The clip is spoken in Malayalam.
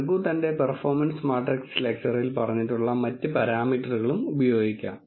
രഘു തന്റെ പെർഫോമൻസ് മാട്രിക്സ് ലെക്ച്ചറിൽ പറഞ്ഞിട്ടുള്ള മറ്റ് പാരാമീറ്ററുകളും ഉപയോഗിക്കാം